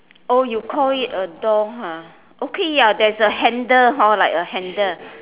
oh you call it a door ah okay ya there's a handle hor like a handle